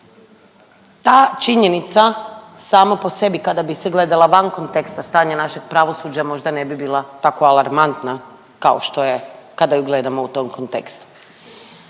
Ta činjenica sama po sebi kada bi se gledala van konteksta stanja našeg pravosuđa možda ne bi bila tako alarmantna kao što je kada ju gledamo u tom kontekstu.